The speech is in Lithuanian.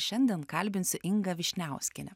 šiandien kalbiniu ingą vyšniauskienę